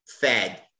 Fed